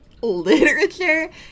literature